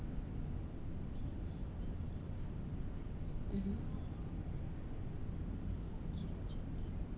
mmhmm